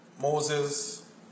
Moses